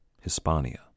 Hispania